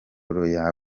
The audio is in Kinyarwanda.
ukayiha